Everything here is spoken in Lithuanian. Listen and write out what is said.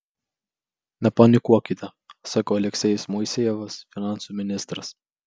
nepanikuokite sako aleksejus moisejevas finansų ministras